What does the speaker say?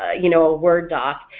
you know a word doc,